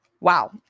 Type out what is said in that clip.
Wow